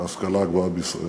את ההשכלה הגבוהה בישראל.